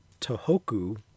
Tohoku